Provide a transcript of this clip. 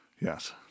Yes